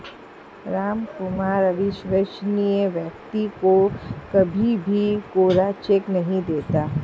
रामकुमार अविश्वसनीय व्यक्ति को कभी भी कोरा चेक नहीं देता